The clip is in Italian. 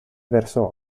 verso